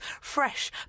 Fresh